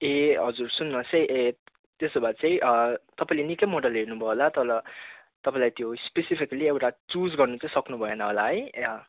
ए हजुर सुन्नु होस् है ए त्यसो भए चाहिँ तपाईँले निकै मोडल हेर्नु भयो होला तर तपाईँलाई त्यो स्पेसिफिकल्ली एउटा चुज गर्नु चाहिँ सक्नु भएन होला है ए